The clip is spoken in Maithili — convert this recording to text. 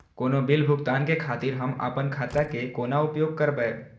कोनो बील भुगतान के खातिर हम आपन खाता के कोना उपयोग करबै?